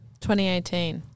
2018